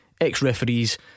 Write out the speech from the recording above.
ex-referees